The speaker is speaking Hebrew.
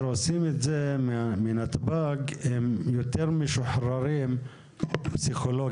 עושים את זה מנתב"ג הם יותר משוחררים פסיכולוגית,